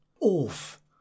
off